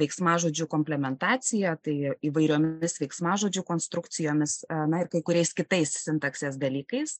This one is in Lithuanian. veiksmažodžiu komplementacija tai įvairiomis veiksmažodžių konstrukcijomis na ir kai kuriais kitais sintaksės dalykais